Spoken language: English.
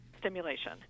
stimulation